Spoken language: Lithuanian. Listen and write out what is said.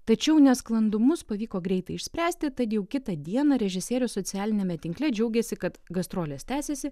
tačiau nesklandumus pavyko greitai išspręsti tad jau kitą dieną režisierius socialiniame tinkle džiaugėsi kad gastrolės tęsiasi